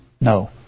No